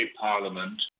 Parliament